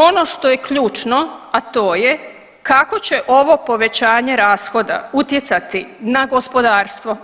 Ono što je ključno, a to je kako će ovo povećanje rashoda utjecati na gospodarstvo,